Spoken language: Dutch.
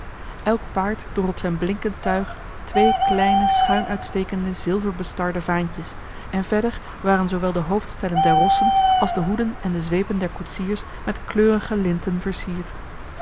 elk paard droeg op zijn blinkend tuig twee kleine schuin uit stekende zilverbestarde vaantjes en verder waren zoowel de hoofdstellen der rossen als de hoeden en de zweepen der koetsiers met kleurige linten versierd